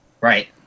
right